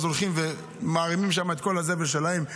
אז הם עורמים שם את כל הזבל שלהם,